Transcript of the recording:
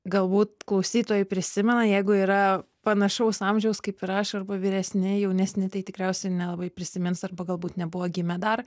galbūt klausytojai prisimena jeigu yra panašaus amžiaus kaip ir aš arba vyresni jaunesni tai tikriausiai nelabai prisimins arba galbūt nebuvo gimę dar